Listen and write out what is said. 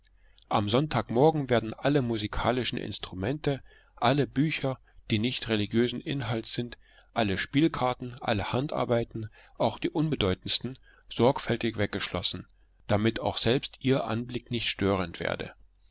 am sonntagmorgen werden alle musikalischen instrumente alle bücher die nicht religiösen inhalts sind alle spielkarten alle handarbeiten auch die unbedeutendsten sorgfältig weggeschlossen damit auch selbst ihr anblick nicht störend werde